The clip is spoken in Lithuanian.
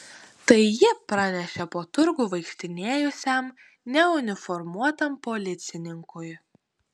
tai ji pranešė po turgų vaikštinėjusiam neuniformuotam policininkui